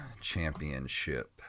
Championship